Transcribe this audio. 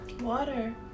Water